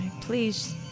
Please